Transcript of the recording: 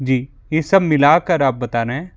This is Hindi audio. जी ये सब मिला कर आप बता रहे हैं